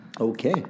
Okay